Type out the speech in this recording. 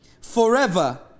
Forever